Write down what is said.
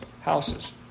houses